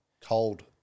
Cold